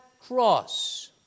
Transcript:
cross